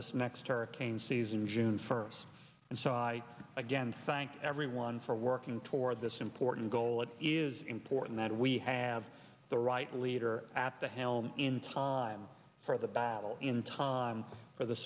this next hurricane season june first and so i again thank everyone for working toward this important goal it is important that we have the right leader at the helm in time for the battle in time for the